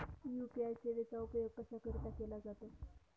UPI सेवेचा उपयोग कशाकरीता केला जातो?